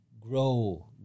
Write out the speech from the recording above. grow